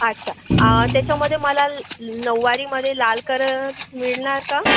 अच्छा आ त्याच्यामध्ये मला नऊवारीमध्ये लाल करल मिळणार का